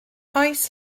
oes